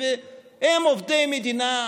הם עובדי מדינה,